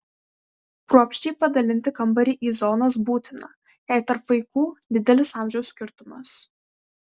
kruopščiai padalinti kambarį į zonas būtina jei tarp vaikų didelis amžiaus skirtumas